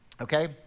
okay